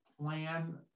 plan